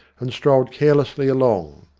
and strolled carelessly along.